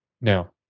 Now